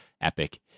epic